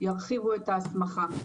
ירחיבו את ההסמכה.